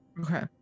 okay